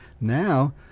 now